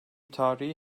tarihi